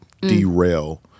derail